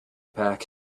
pack